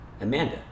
Amanda